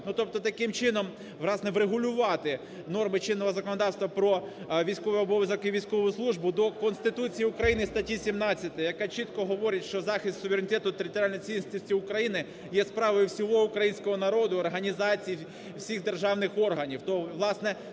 Тобто таким чином, власне, врегулювати норми чинного законодавства про військовий обов'язок і військову службу до Конституції України, статті 17, яка чітко говорить, що захист суверенітету, територіальної цілісності України є справою всього українського народу, організацій, всіх державних органів.